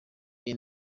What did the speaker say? iyi